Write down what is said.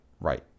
right